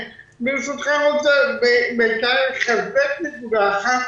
ברשותכם, אני רוצה לחזק נקודה אחת.